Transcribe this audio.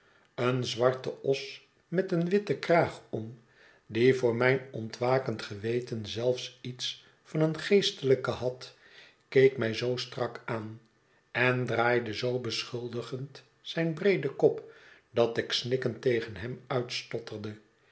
een zwarte os met een witten kraag om die voor mijn ontwakend geweten zelfs iets van een geestelijke had keek mij zoo strak aan en draaide zoo beschuldigend zijn breeden kop dat ik snikkend tegen hem